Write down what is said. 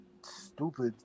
stupid